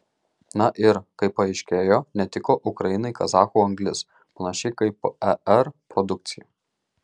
na ir kaip paaiškėjo netiko ukrainai kazachų anglis panašiai kaip par produkcija